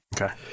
Okay